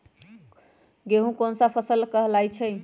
गेहूँ कोन सा फसल कहलाई छई?